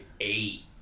eight